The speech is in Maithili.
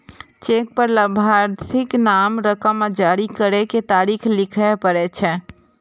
चेक पर लाभार्थीक नाम, रकम आ जारी करै के तारीख लिखय पड़ै छै